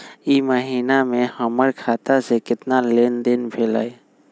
ई महीना में हमर खाता से केतना लेनदेन भेलइ?